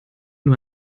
nur